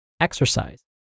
Exercise